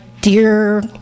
dear